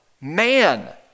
man